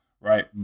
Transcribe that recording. Right